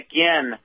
Again